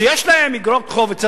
שיש להן איגרות חוב אצל